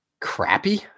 crappy